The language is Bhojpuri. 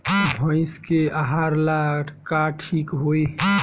भइस के आहार ला का ठिक होई?